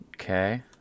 Okay